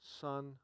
son